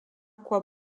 quoi